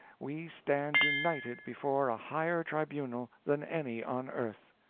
we stand united before a higher tribunal than any on earth.